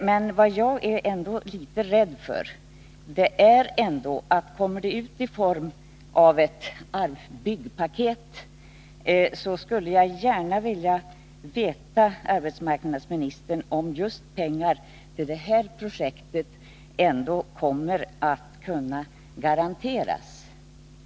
Men på en punkt är jag ändå litet rädd. Om det blir fråga om ett byggpaket skulle jag gärna vilja veta, herr arbetsmarknadsminister, om pengar till just detta projekt kommer att kunna garanteras.